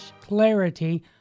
clarity